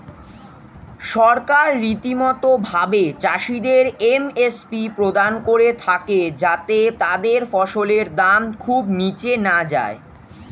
সরকার রীতিমতো ভাবে চাষিদের এম.এস.পি প্রদান করে থাকে যাতে তাদের ফসলের দাম খুব নীচে না যায়